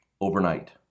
overnight